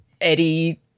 Eddie